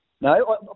No